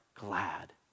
glad